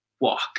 walk